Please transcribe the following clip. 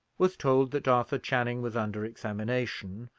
was told that arthur channing was under examination,